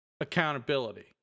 accountability